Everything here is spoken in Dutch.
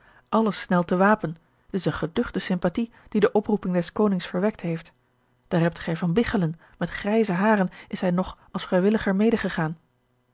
alles snelt te wapen het is eene geduchte sympathie die de oproeping des konings verwekt heft daar hebt gij van biggelen met grijze haren is hij nog als vrijwilliger